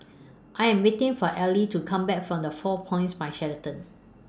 I Am waiting For Elie to Come Back from The four Points By Sheraton